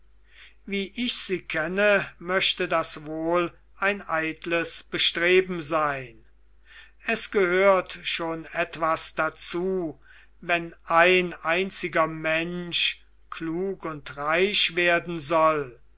wie ich sie kenne möchte das wohl ein eitles bestreben sein es gehört schon etwas dazu wenn ein einziger mensch klug und reich werden soll